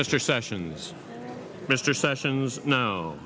mr sessions mr sessions no